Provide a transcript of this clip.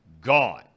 gone